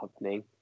happening